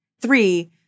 Three